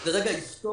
זה רגע היסטורי.